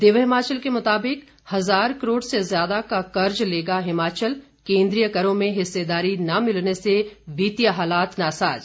दिव्य हिमाचल के मुताबिक हजार करोड़ से ज्यादा का कर्ज लेगा हिमाचल केंद्रीय करों में हिस्सेदारी न मिलने से वित्तीय हालात नासाज